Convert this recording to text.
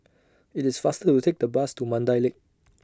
IT IS faster to Take The Bus to Mandai Lake